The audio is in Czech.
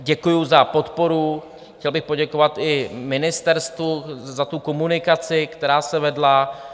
Děkuji za podporu, chtěl bych poděkovat i ministerstvu za komunikaci, která se vedla.